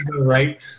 right